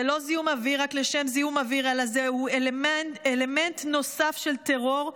זה לא זיהום אוויר רק לשם זיהום אוויר אלא זהו אלמנט נוסף של טרור,